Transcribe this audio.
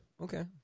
Okay